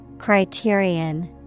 Criterion